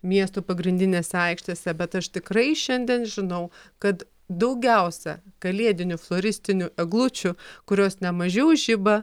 miestų pagrindinėse aikštėse bet aš tikrai šiandien žinau kad daugiausia kalėdinių floristinių eglučių kurios ne mažiau žiba